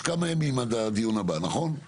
יש כמה ימים עד הדיון הבא, נכון?